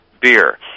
beer